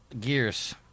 Gears